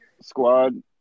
squad